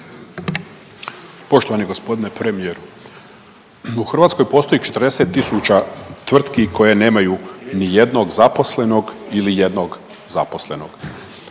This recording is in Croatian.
Poštovani g. premijeru, u Hrvatskoj postoji 40.000 tvrtki koje nemaju nijednog zaposlenog ili jednog zaposlenog.